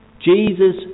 Jesus